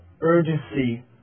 urgency